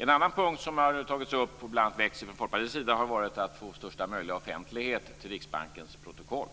En annan punkt som tagits upp - frågan har väckts bl.a. av Folkpartiet - har gällt att få största möjliga offentlighet vad gäller Riksbankens protokoll.